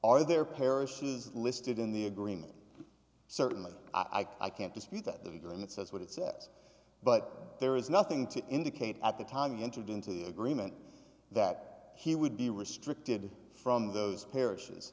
are their parishes listed in the agreement certainly i can't dispute that they believe it says what it says but there is nothing to indicate at the time you entered into the agreement that he would be restricted from those parishes